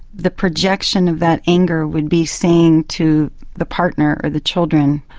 the projection of that anger would be saying to the partner or the children,